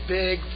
big